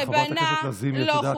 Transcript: שבנה לא חוקי.